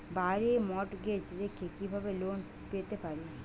বাড়ি মর্টগেজ রেখে কিভাবে লোন পেতে পারি?